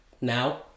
Now